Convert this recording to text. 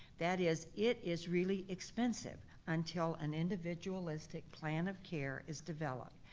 that is, it is really expensive. until an individualistic plan of care is developed.